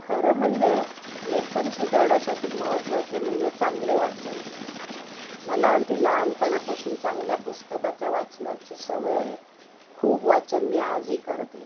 खरं म्हणजे लेखन सुधारण्यासाठी महत्त्वाचे म्हणजे चांगले वाचन मला अगदी लहानपणापासून चांगल्या पुस्तकाच्या वाचनाची सवय आहे खूप वाचन मी आजही करते